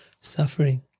suffering